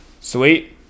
Sweet